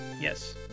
Yes